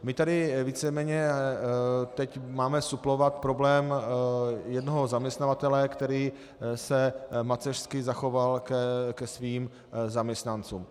My tady teď víceméně máme suplovat problém jednoho zaměstnavatele, který se macešsky zachoval ke svým zaměstnancům.